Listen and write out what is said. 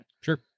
Sure